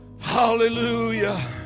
hallelujah